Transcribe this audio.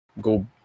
go